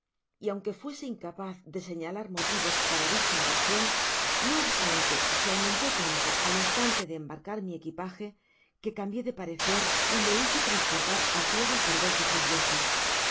y aunque fuese incapaz de señalar mo tivos para dicha aversion no obstante e aumentó lantoal instante de embarcar mi equipaje que cambié de parecer y lo hice transportar á tierra por dos ó tres veces